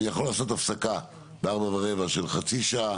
אני יכול לעשות הפסקה ב-16:15 של חצי שעה